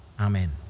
amen